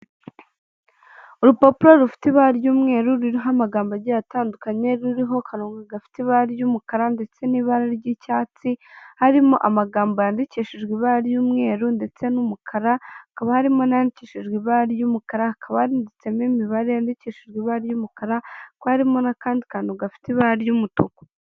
Urupapuro rufite ibara ry'umweru ruriho amagambo agiye atandukanye ruriho akarongo gafite ibara ry'umukara ndetse n'ibara ry'icyatsi, harimo amagambo yandikishijwe ibara ry'umweru ndetse n'umukara, hakaba harimo n'yandikishijwe ibara ry'umukara handitsemo imibare yandikishijwe ibara ry'umukara hakaba harimo n'akandi kantu gafite ibara ry'umutuku.